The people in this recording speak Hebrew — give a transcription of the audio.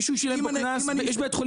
למשל בית חולים